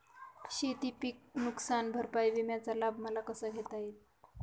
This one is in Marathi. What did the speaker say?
शेतीपीक नुकसान भरपाई विम्याचा लाभ मला कसा घेता येईल?